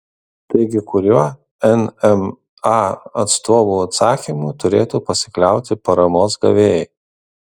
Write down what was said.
taigi kuriuo nma atstovų atsakymu turėtų pasikliauti paramos gavėjai